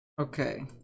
Okay